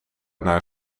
naar